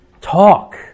talk